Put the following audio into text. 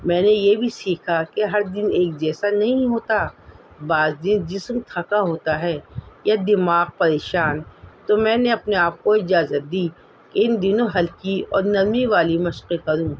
میں نے یہ بھی سیکھا کہ ہر دن ایک جیسا نہیں ہوتا بعض دن جسم تھکا ہوتا ہے یا دماغ پریشان تو میں نے اپنے آپ کو اجازت دی کہ ان دنوں ہلکی اور نرمی والی مشق کروں